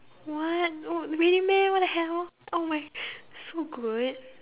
what no really meh what the hell oh my so good